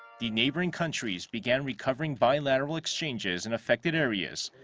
the neighboring countries began recovering bilateral exchanges in affected areas,